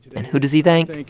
and who does he thank.